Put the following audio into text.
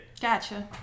Gotcha